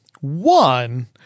One